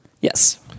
Yes